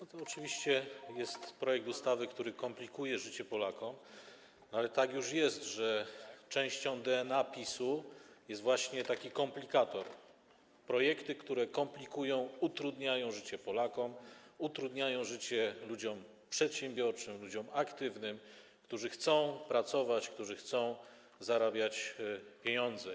Oczywiście jest to projekt ustawy, który komplikuje życie Polakom, no ale tak już jest, że częścią DNA PiS-u jest właśnie taki komplikator - projekty, które komplikują, utrudniają życie Polakom, utrudniają życie ludziom przedsiębiorczym, ludziom aktywnym, którzy chcą pracować, którzy chcą zarabiać pieniądze.